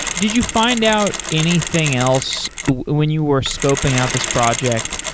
did you find out anything else when you were scoping out this project?